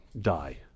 die